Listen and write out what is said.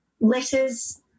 letters